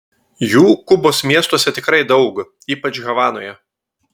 jų kubos miestuose tikrai daug ypač havanoje